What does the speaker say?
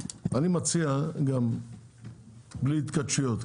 אני מציע בלי התכתשויות.